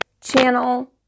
channel